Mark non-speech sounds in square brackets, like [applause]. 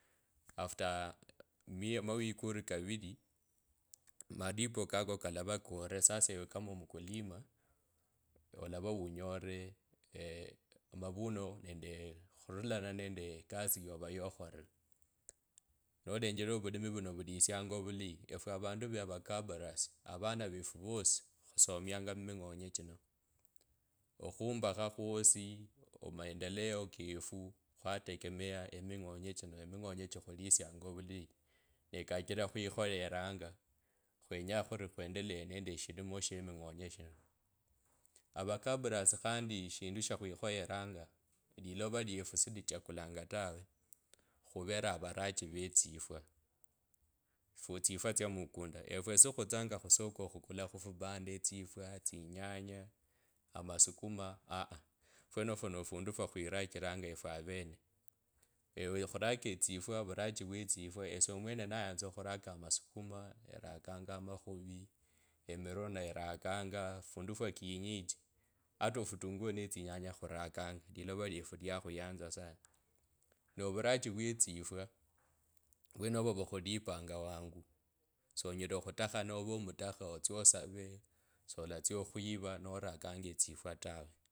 After amawiki ori kavili, malipo kako kalava kore sasa ewe, kama omukulima ola unyorw [hesitation] ee mavuno nende [hesitation] khurula nende ekasi yova yokhorire nolenjela vulimi vuno vulisiana ovuleye efwe avandu ori avakabarasi avana vefu vosi khosomiyanga mu minyonye chino okhumbakha kwosi o maendeleo kefu khwategemea eminyonye chino eminyonye chikhulisianga ovulaye ne kachira khwikhoyeranga khwenyanga khuri khwendeleye nende shilimo she minyonye shino. Avakabarasi khandi shindu shi khwikhoyeranga lilova lwefu shilichakulanga tawe. Khuvere avarachi vye tsifwa fu tsifwa tsya mukunda efwe shitshutsitsanga khusoko, okhukula khifubanda etsifwa tsinyanya amasukuma aah aah fwonofo no fundu fwo khurachilanga efwe avene ewe khuraka etsifwa virachi vye tsifwa esie mwene nayanza okhuraka amasukuma erakanga amakhuvi emiro ne erakanga fundu fwa kienyeji hata futunguo ne tsinyanya khurakanga lilova lwefu lwikhuyanza sana, no avurachi vye tsifwa vywenovu vukhulipanga vyangu, sonyela okhutakhana ove omutakha atsie osave, solatsia okhwiva narakanga etsifwa tawe.